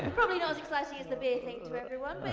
and probably not as exciting as the beer thing to everyone,